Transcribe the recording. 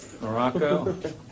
Morocco